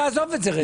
תעזוב את זה רגע.